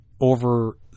over